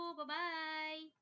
Bye-bye